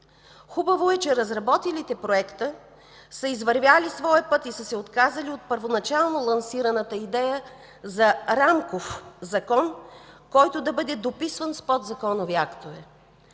Хубаво е, че разработилите проекта са извървели своя път и са се отказали от първоначално лансираната идея за рамков закон, който да бъде дописван с подзаконови актове.